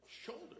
shoulder